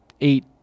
eight